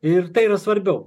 ir tai yra svarbiau